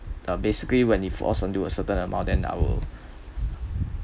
uh basically when it falls onto a certain amount then I'll